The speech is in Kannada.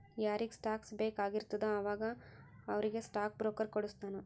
ಯಾರಿಗ್ ಸ್ಟಾಕ್ಸ್ ಬೇಕ್ ಆಗಿರ್ತುದ ಅವಾಗ ಅವ್ರಿಗ್ ಸ್ಟಾಕ್ ಬ್ರೋಕರ್ ಕೊಡುಸ್ತಾನ್